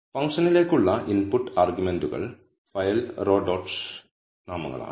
ഫംഗ്ഷനിലേക്കുള്ള input ആർഗ്യുമെന്റുകൾ file row dot നാമങ്ങളാണ്